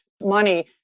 money